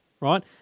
right